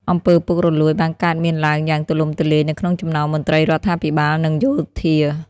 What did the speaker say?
អំពើពុករលួយបានកើតមានឡើងយ៉ាងទូលំទូលាយនៅក្នុងចំណោមមន្ត្រីរដ្ឋាភិបាលនិងយោធា។